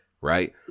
right